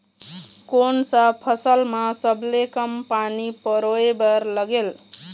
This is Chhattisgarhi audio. कोन सा फसल मा सबले कम पानी परोए बर लगेल?